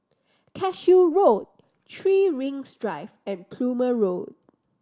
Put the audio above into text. Cashew Road Three Rings Drive and Plumer Road